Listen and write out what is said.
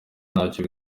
ntacyo